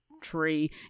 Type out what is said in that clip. tree